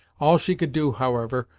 all she could do, however,